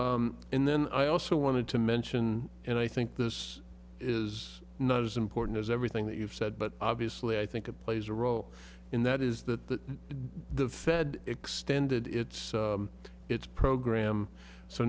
in then i also wanted to mention and i think this is not as important as everything that you've said but obviously i think a plays a role in that is that the fed extended its its program so